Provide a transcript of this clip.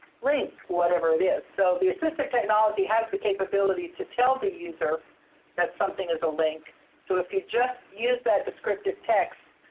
link. whatever it is. so the assistive technology has the capability to tell the user that something is a link so if you just use that descriptive text,